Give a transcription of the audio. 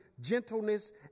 gentleness